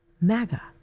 MAGA